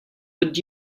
would